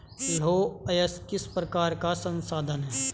लौह अयस्क किस प्रकार का संसाधन है?